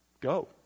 Go